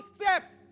steps